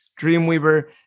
Dreamweaver